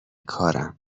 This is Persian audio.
کارم